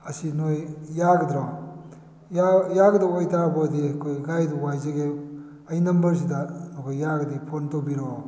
ꯑꯁꯤ ꯅꯣꯏ ꯌꯥꯒꯗ꯭ꯔꯣ ꯌꯥꯒꯗꯧꯕ ꯑꯣꯏꯇꯥꯔꯕꯣꯏꯗꯤ ꯑꯩꯈꯣꯏ ꯒꯥꯔꯤꯗꯨ ꯌꯥꯏꯖꯒꯦ ꯑꯩ ꯅꯝꯕꯔꯁꯤꯗ ꯑꯩꯈꯣꯏ ꯌꯥꯔꯒꯗꯤ ꯐꯣꯟ ꯇꯧꯕꯤꯔꯛꯑꯣ